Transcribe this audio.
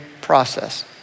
process